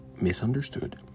misunderstood